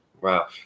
Wow